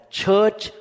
church